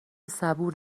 صبور